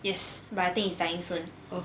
yes but I think it's dying soon